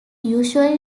usually